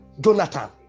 Jonathan